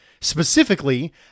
Specifically